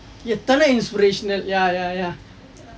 என் தலை:en thalai inspirational ya ya ya